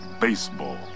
baseball